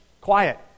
quiet